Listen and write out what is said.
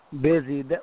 busy